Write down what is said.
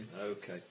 Okay